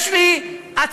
יש לי הצעות